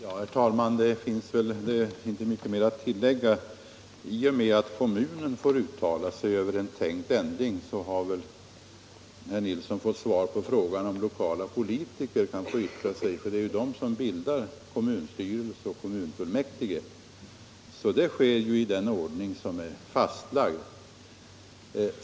Herr talman! Det finns inte mycket att tillägga. I och med att kommunen får uttala sig över en tänkt ändring har väl herr Nilsson i Tvärålund fått svar på frågan om lokala politiker kan få yttra sig. Det är ju de som bildar kommunstyrelse och kommunfullmäktige. Det sker enligt en ordning som är fastlagd.